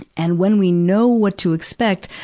and when we know what to expect,